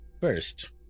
First